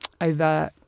overt